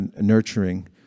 nurturing